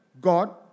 God